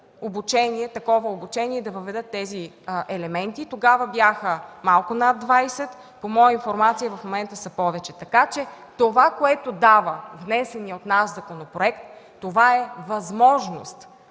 проведат такова обучение и да въведат тези елементи. Тогава бяха малко над 20, по моя информация, в момента са повече. Това, което дава внесеният от нас законопроект, е възможност,